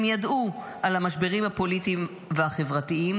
הם ידעו על המשברים הפוליטיים והחברתיים,